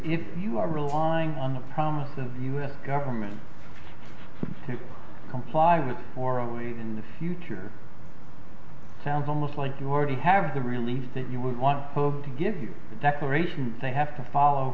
if you are relying on the promise of the u s government to comply with or owing in the future sounds almost like you already have the release that you would want to give you a declaration they have to fall